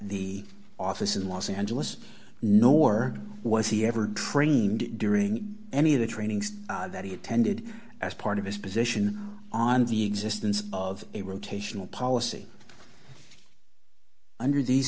the office in los angeles nor was he ever trained during any of the trainings that he attended as part of his position on the existence of a rotational policy under these